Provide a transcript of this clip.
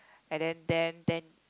and then then then